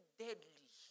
deadly